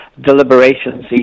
deliberations